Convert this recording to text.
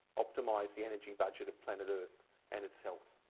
optimize the energy budget of planet earth and its health.